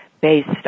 based